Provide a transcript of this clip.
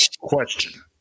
question